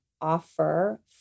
offer